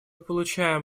получаем